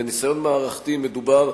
ובניסיון מערכתי מדובר,